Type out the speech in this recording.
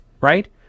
right